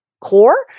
core